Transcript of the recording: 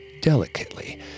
delicately